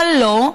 אבל לא,